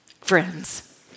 friends